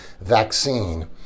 vaccine